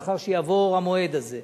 לאחר שיעבור המועד הזה